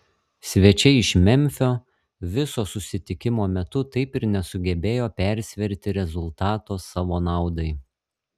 svečiai iš memfio viso susitikimo metu taip ir nesugebėjo persverti rezultato savo naudai